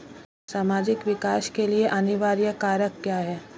सामाजिक विकास के लिए अनिवार्य कारक क्या है?